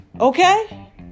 Okay